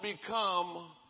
become